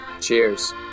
Cheers